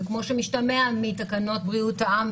וכמו שמשתמע מתקנות בריאות העם,